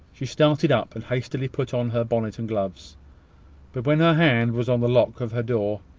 she started up, and hastily put on her bonnet and gloves but when her hand was on the lock of her door,